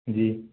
जी